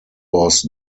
was